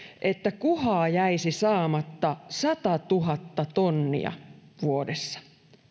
että kuhaa jäisi saamatta satatuhatta tonnia vuodessa